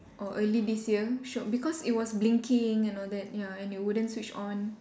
or early this year sh~ because it was blinking and it wouldn't switch on